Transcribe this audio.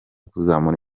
kuzamura